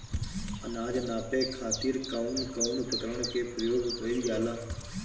अनाज नापे खातीर कउन कउन उपकरण के प्रयोग कइल जाला?